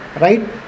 right